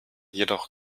jedoch